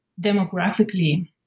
demographically